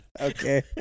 okay